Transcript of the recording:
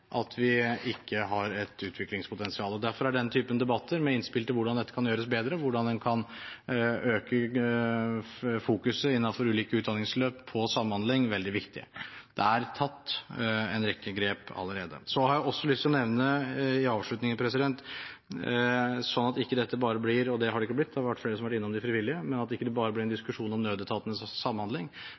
at vi ikke har et utviklingspotensial. Derfor er denne typen debatter – med innspill til hvordan dette kan gjøres bedre, hvordan en kan øke fokuset på samhandling innen ulike utdanningsløp – veldig viktige. Det er tatt en rekke grep allerede. Så har jeg også lyst til å nevne i avslutningen, sånn at ikke dette bare blir – og det har det ikke blitt, det har vært flere som har vært innom de frivillige – en diskusjon om nødetatenes samhandling: